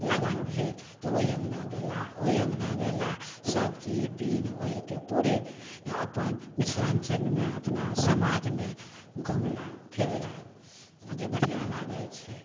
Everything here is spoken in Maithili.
लगन भेल तऽ ओहि अँगना गेलाह ओहि अँगना गेलाह सभचीज पीन्ह ओढ़ि कऽ पूरे अपन मिथिलाञ्चलमे अपना समाजमे घुमला फिरला आ जे बढ़िआँ लागै छै